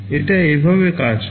এটা এভাবে কাজ করে